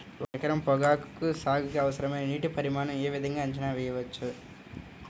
ఒక ఎకరం పొగాకు సాగుకి అవసరమైన నీటి పరిమాణం యే విధంగా అంచనా వేయవచ్చు?